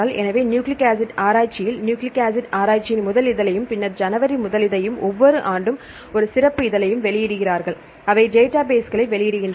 எனவே nucleic acid ஆராய்ச்சியில் nucleic acid ஆராய்ச்சியின் முதல் இதழையும் பின்னர் ஜனவரி முதல் இதழையும் ஒவ்வொரு ஆண்டும் ஒரு சிறப்பு இதழையும் வெளியிடுகிறார்கள் அவை டேட்டாபேஸ்களை வெளியிடுகின்றன